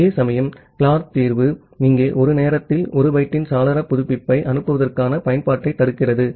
அதேசமயம் கிளார்க் தீர்வு இங்கே ஒரு நேரத்தில் 1 பைட்டின் சாளர புதுப்பிப்பை அனுப்புவதற்கான பயன்பாட்டைத் தடுக்கிறது